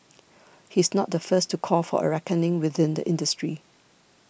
he's not the first to call for a reckoning within the industry